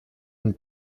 une